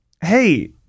Hey